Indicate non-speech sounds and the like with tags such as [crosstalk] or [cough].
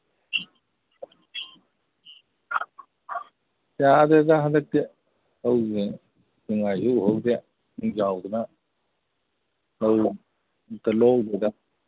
ꯌꯥꯗꯦꯗ ꯍꯟꯗꯛꯇꯤ ꯂꯧꯁꯦ [unintelligible] ꯎꯍꯧꯗꯦ ꯏꯁꯤꯡ ꯆꯥꯎꯗꯅ ꯂꯧ ꯑꯝꯇ ꯂꯣꯛꯍꯧꯗꯦꯗ